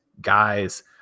guys